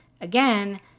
Again